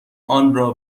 آنرا